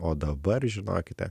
o dabar žinokite